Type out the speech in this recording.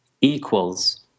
equals